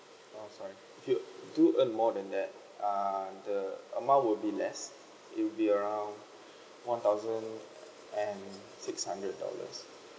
uh sorry if you to earn more than that uh the amount would be less it will be around one thousand and six hundred dollars